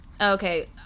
Okay